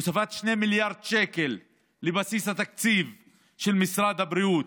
הוספת 2 מיליארד שקל לבסיס התקציב של משרד הבריאות.